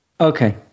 Okay